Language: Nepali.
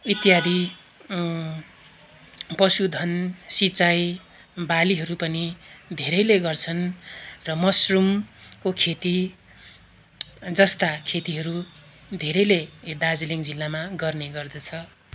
इत्यादि पशुधन सिँचाई बालीहरू पनि धेरैले गर्छन् र मसरूमको खेती जस्ता खेतीहरू धेरैले दार्जिलिङ जिल्लामा गर्ने गर्दछ